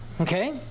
Okay